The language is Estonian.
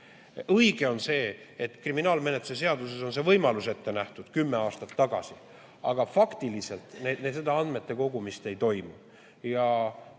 Õige on see, et kriminaalmenetluse seaduses on see võimalus ette nähtud juba kümme aastat tagasi. Aga faktiliselt seda andmete kogumist ei toimu.